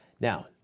Now